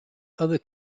other